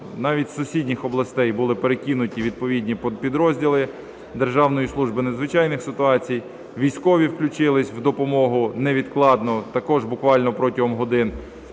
навіть з сусідніх областей були перекинуті відповідні підрозділи Державної служби з надзвичайних ситуацій, військові включилися в допомогу невідкладно, також буквально протягом годин.